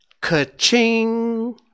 ka-ching